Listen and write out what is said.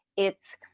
it's